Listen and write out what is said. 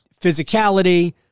physicality